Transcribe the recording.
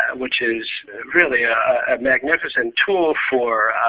which is really a magnificent tool for